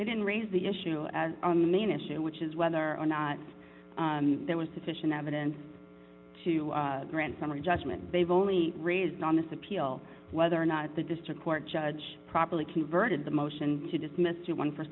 they didn't raise the issue as on the main issue which is whether or not there was sufficient evidence to grant summary judgment they've only raised on this appeal whether or not the district court judge properly converted the motion to dismiss